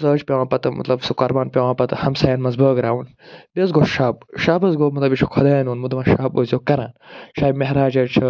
سُہ حظ چھِ پٮ۪وان پتہٕ مطلب سُہ قربان پٮ۪وان پتہٕ ہمسایَن منٛز بٲگراوُن بیٚیہِ حظ گوٚو شَب شَب حظ گوٚو مطلب یہِ چھِ خُدایَن ووٚنمُت دوٚپُن شَب ٲسۍزیو کران شبِ معراج حظ چھُ